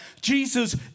Jesus